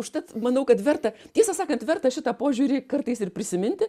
užtat manau kad verta tiesą sakant verta šitą požiūrį kartais ir prisiminti